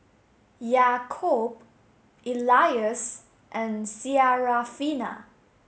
Yaakob Elyas and Syarafina